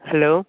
hello